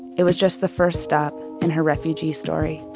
it was just the first stop in her refugee story